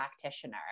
practitioner